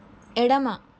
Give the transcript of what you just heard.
ఎడమ